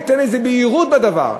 ייתן איזו בהירות בדבר.